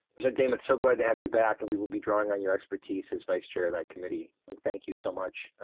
the damage so glad to have you back and we will be drawing on your expertise is vice chair that committee and thank you so much